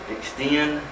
Extend